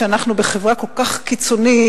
כשאנחנו בחברה כל כך קיצונית,